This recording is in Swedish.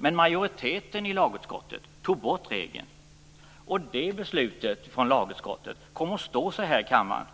Men majoriteten i lagutskottet tog bort regeln, och det beslutet från lagutskottet kommer att stå sig i kammaren,